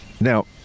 Now